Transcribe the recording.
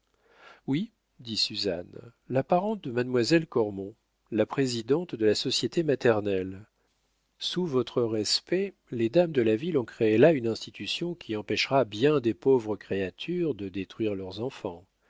oui dit suzanne la parente de mademoiselle cormon la présidente de la société maternelle sous votre respect les dames de la ville ont créé là une institution qui empêchera bien des pauvres créatures de détruire leurs enfants